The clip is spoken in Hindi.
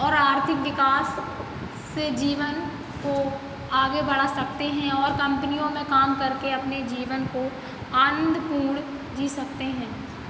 और आर्थिक विकास से जीवन को आगे बढ़ा सकते हैं और कंपनियों में काम करके अपने जीवन को आनंदपूर्ण जी सकते हैं